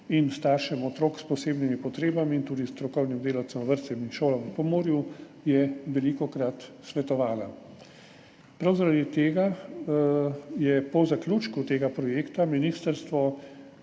staršem otrok s posebnimi potrebami in strokovnim delavcem, vrtcem in šolam v Pomurju je velikokrat svetovala. Prav zaradi tega je po zaključku tega projekta ministrstvo